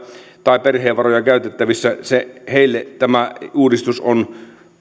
tai perheen varoja käytettävissä tämä uudistus